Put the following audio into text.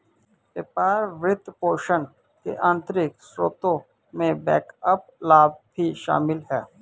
व्यापार वित्तपोषण के आंतरिक स्रोतों में बैकअप लाभ भी शामिल हैं